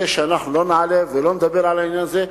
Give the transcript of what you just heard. שאנחנו לא נעלה ולא נדבר על העניין הזה,